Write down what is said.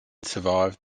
survived